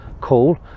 call